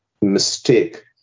mistake